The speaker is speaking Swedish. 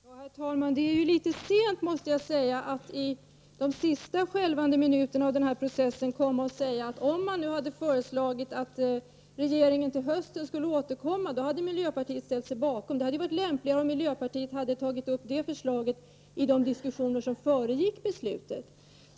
Herr talman! Det är litet sent, måste jag säga, att i de sista skälvande minuterna av den här processen komma och säga att om man hade föreslagit att regeringen skulle återkomma till hösten hade miljöpartiet ställt sig bakom förslaget. Det hade varit lämpligare att miljöpartiet hade framfört det förslaget i de diskussioner som föregick beslutet.